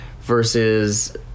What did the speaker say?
versus